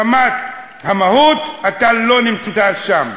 ברמת המהות אתה לא נמצא שם.